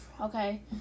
okay